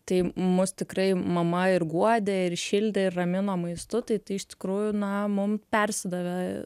tai mus tikrai mama ir guodė ir šildė ir ramino maistu tai tai iš tikrųjų na mum persidavė